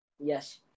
Yes